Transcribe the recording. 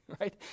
right